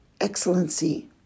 excellency